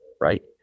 right